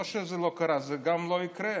זה לא קרה וזה גם לא יקרה